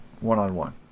One-on-one